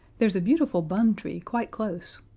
there's a beautiful bun tree quite close.